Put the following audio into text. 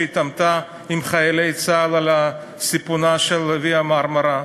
שהתעמתה עם חיילי צה"ל על סיפונה של "ויה מרמרה",